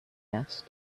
asked